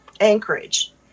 Anchorage